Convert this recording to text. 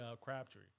Crabtree